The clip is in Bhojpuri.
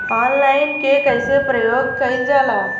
ऑनलाइन के कइसे प्रयोग कइल जाला?